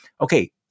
Okay